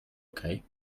okay